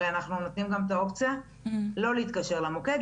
הרי אנחנו נותנים גם את האופציה לא להתקשר למוקד,